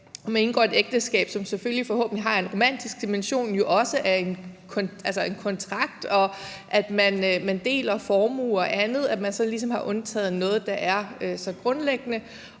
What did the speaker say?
man indgår et ægteskab, som selvfølgelig forhåbentlig har en romantisk dimension, men jo også er en kontrakt, og man deler formue og andet, er det jo mærkeligt, at man så ligesom har undtaget noget, der er så grundlæggende,